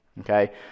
okay